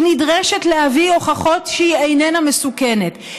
היא נדרשת להביא הוכחות שהיא איננה מסוכנת.